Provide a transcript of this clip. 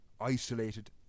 Isolated